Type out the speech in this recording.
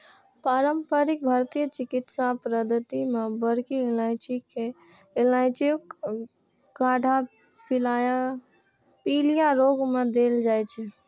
पारंपरिक भारतीय चिकित्सा पद्धति मे बड़की इलायचीक काढ़ा पीलिया रोग मे देल जाइ छै